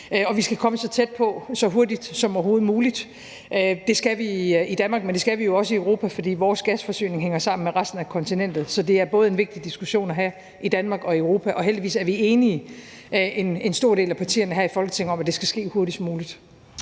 vi skal komme så tæt på så hurtigt som overhovedet muligt. Det skal vi i Danmark, men det skal man jo også i Europa, for vores gasforsyning hænger sammen med resten af kontinentets. Så det er en vigtig diskussion at have både i Danmark og i Europa, og heldigvis er en stor del af partierne her i Folketinget enige om, at det skal ske hurtigst muligt.